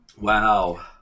wow